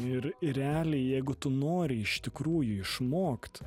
ir ir realiai jeigu tu nori iš tikrųjų išmokt